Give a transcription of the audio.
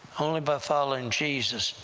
only by following jesus,